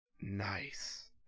Nice